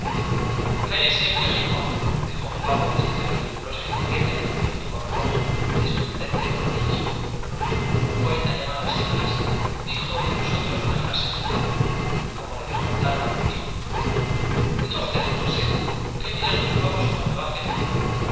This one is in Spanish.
cállese el quejicón dijo un pavo vestido de rigurosa etiqueta y cubierto con rojo esplendente gorro frigio un poeta llamado selgas dijo de nosotros una frase justa como le preguntara un amigo dig usted d josé qué dirán los pavos cuando hacen gloll